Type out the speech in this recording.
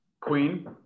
Queen